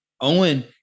Owen